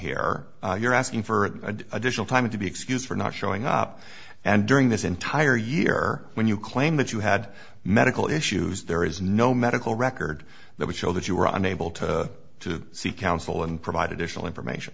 here you're asking for an additional time to be excused for not showing up and during this entire year when you claim that you had medical issues there is no medical record that would show that you were unable to to seek counsel and provide additional information